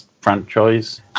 franchise